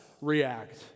react